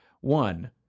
One